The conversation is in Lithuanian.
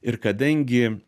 ir kadangi